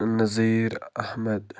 Nazir Ahmad